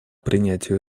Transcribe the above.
принятию